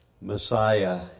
Messiah